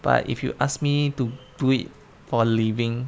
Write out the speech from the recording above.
but if you ask me to do it for a living